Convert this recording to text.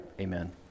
Amen